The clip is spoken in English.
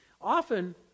Often